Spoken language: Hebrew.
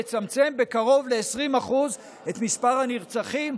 לצמצם בקרוב ל-20% את מספר הנרצחים.